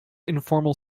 informal